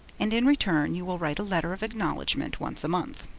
and in return, you will write a letter of acknowledgment once a month.